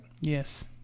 Yes